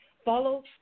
follow